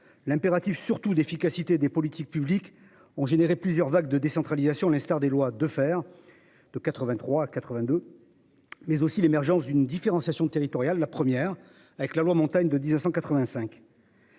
l'impératif surtout d'efficacité des politiques publiques ont généré plusieurs vagues de décentralisation à l'instar des lois de faire de 83 82. Mais aussi l'émergence d'une différenciation territoriale, la première avec la loi montagne de 1985.